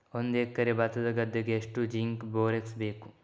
ಒಂದು ಎಕರೆ ಭತ್ತದ ಗದ್ದೆಗೆ ಎಷ್ಟು ಜಿಂಕ್ ಬೋರೆಕ್ಸ್ ಬೇಕು?